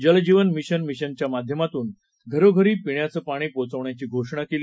जल जीवन मिशन मिशनच्या माध्यमातून घरोघरी पीण्याचं पाणी पोचवण्याची घोषणा केली